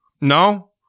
No